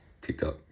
TikTok